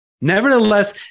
Nevertheless